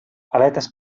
aletes